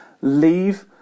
Leave